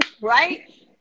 right